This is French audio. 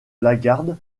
lagarde